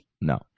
No